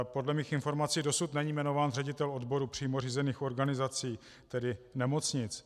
Podle mých informací dosud není jmenován ředitel odboru přímo řízených organizací, tedy nemocnic.